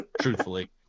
truthfully